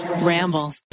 Ramble